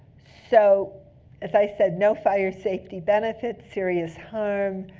so as i said, no fire safety benefit, serious harm.